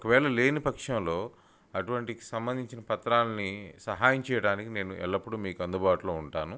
ఒకవేళ లేని పక్షంలో అటువంటికి సంబంధించిన పత్రాల్ని సహాయం చేయడానికి నేను ఎల్లప్పుడూ మీకు అందుబాటులో ఉంటాను